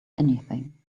anything